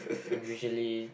and usually